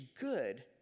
good